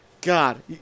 god